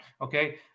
okay